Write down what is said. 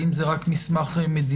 האם זה רק מסמך מדיניות?